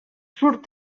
surt